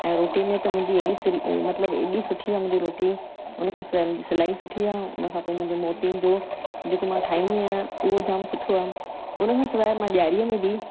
ऐं रोटी में त मुंहिंजी एॾी स्री मतिलबु एॾी सुठी आहे मुंहिंजी रोटी उनखां सवाइ मुंहिंजी सिलाई सुठी आहे उनखां पोइ मुंहिंजे मोतियुनि जो जेको मां ठाहींदी आहियां उहो जाम सुठो आहे उनखां सवाइ मां ॾियारी में बि